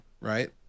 Right